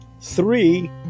Three